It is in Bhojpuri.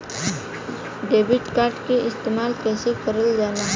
डेबिट कार्ड के इस्तेमाल कइसे करल जाला?